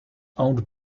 owned